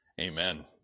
Amen